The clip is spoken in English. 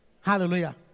Hallelujah